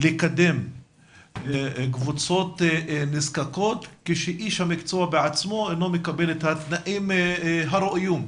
לקדם קבוצות נזקקות כשאיש המקצוע עצמו לא מקבל את התנאים הראויים,